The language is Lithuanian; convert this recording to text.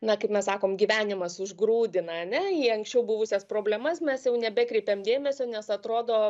na kaip mes sakom gyvenimas užgrūdina ane į ankščiau buvusias problemas mes jau nebekreipiam dėmesio nes atrodo